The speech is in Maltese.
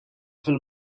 fil